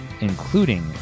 including